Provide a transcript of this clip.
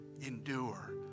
Endure